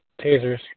tasers